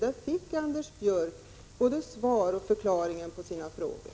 Där fick Anders Björck både förklaringar och svar på sina frågor.